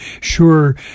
sure